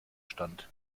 stand